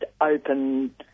open